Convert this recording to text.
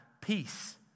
peace